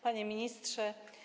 Panie Ministrze!